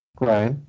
Right